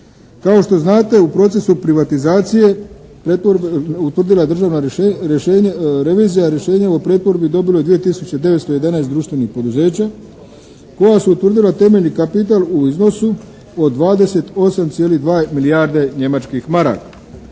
Kao što znate u procesu privatizacije utvrdila je Državna revizija rješenje o pretvorbi dobilo je 2911 društvenih poduzeća koja su utvrdila temeljni kapital u iznosu od 28,2 milijarde njemačkih maraka.